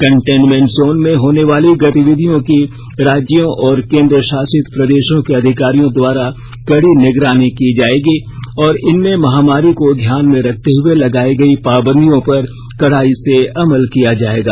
containment zone में होने वाली गतिविधियों की राज्यों और केन्द्र शासित प्रदेशों के अधिकारियों द्वारा कड़ी निगरानी की जाएगी और इनमें महामारी को ध्यान में रखते हुए लगाई गयी पाबंदियों पर कडाई से अमल किया जाएगा